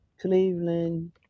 Cleveland